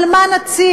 על מה נצביע?